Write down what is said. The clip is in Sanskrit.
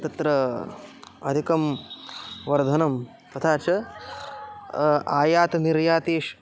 तत्र अधिकं वर्धनं तथा च आयातः निर्यातेषु